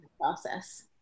process